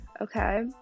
Okay